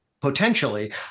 potentially